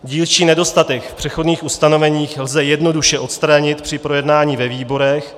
Dílčí nedostatek přechodných ustanovení lze jednoduše odstranit při projednání ve výborech.